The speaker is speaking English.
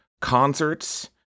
concerts